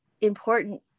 important